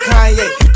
Kanye